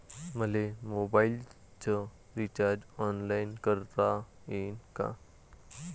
मले मोबाईलच recharge online करता येईन का?